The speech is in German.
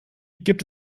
gibt